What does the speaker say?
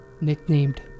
Nicknamed